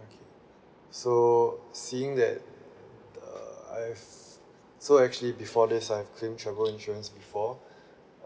okay so seeing that the I've so actually before this I've claimed travel insurance before